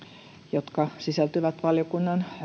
jotka sisältyvät valiokunnan